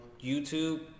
YouTube